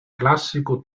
classico